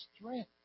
strength